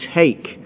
take